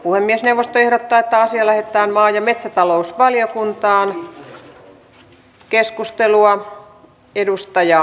puhemiesneuvosto ehdottaa että asia lähetetään maa ja metsätalousvaliokuntaan